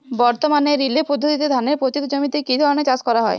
বর্তমানে রিলে পদ্ধতিতে ধানের পতিত জমিতে কী ধরনের চাষ করা হয়?